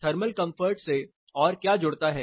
thermal comfort से और क्या जुड़ता है